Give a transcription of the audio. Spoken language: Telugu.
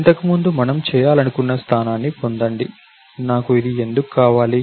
ఇంతకు ముందు మనం చేయాలనుకున్న స్థానాన్ని పొందండి నాకు ఇది ఎందుకు కావాలి